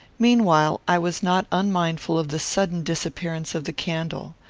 meanwhile i was not unmindful of the sudden disappearance of the candle.